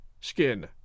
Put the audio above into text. skin